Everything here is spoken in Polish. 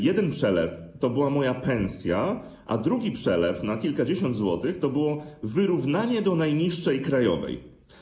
Jeden przelew to była moja pensja, a drugi przelew, na kilkadziesiąt złotych, to było wyrównanie do najniższej krajowej.